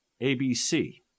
ABC